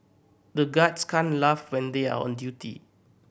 the guards can't laugh when they are on duty